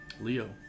Leo